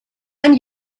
and